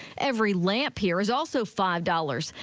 every lamp here is also five dollars.